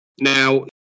Now